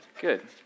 Good